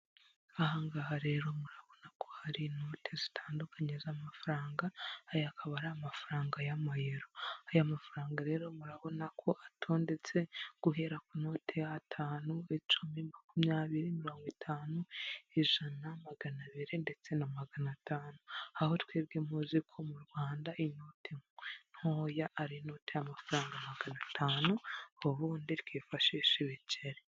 Aha ngaha rero murabona ko hari inote zitandukanye z'amafaranga, aya akaba ari amafaranga y'Amayero. Aya mafaranga rero murabona ko atondetse, guhera kunote y'atanu, icumi, makumyabiri, mirongo itanu. ijana, magana abiri ndetse na magana atanu. Aho twebwe muzi ko mu Rwanda inote ntoya ari inote y'amafaranga magana atanu, ubundi twifashishe biceri.